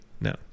No